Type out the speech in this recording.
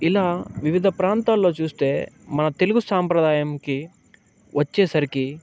ఇలా వివిధ ప్రాంతాల్లో చూస్తే మన తెలుగు సంప్రదాయంకి వచ్చేసరికి